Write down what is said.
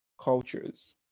cultures